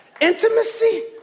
Intimacy